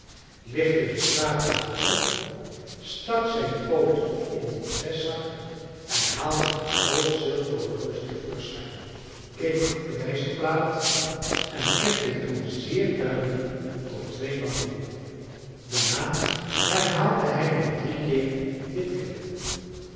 lichtte de schapevacht op stak zijn poot in diens vestzak en haalde een groot zilveren horloge te voorschijn keek op de wijzerplaat en kefte toen zeer duidelijk tot tweemaal toe daarna herhaalde hij nog drie keer dit keffen